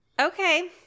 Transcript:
Okay